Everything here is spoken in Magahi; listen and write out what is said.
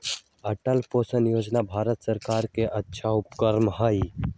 अटल पेंशन योजना भारत सर्कार के अच्छा उपक्रम हई